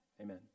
Amen